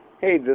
Hey